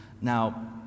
Now